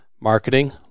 marketing